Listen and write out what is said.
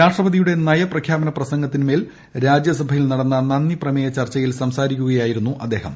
രാഷ്ട്രപതിയുടെ നയപ്രഖ്യാപന പ്രസംഗത്തിൻമേൽ രാജ്യസഭയിൽ നടന്ന നന്ദിപ്രമേയ ചർച്ചയിൽ സംസാരിക്കുകയായിരുന്നു അദ്ദേഹം